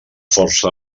força